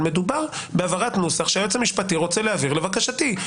מדובר בהעברת נוסח שהיועץ המשפטי רוצה להעביר לבקשתי.